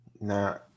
Now